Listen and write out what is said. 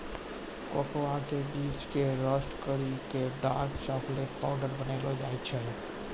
cocoa के बीज कॅ रोस्ट करी क डार्क चाकलेट पाउडर बनैलो जाय छै